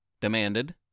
demanded